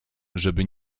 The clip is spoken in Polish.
żeby